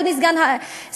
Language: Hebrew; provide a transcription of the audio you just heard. אדוני סגן השר,